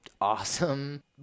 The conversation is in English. awesome